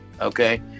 okay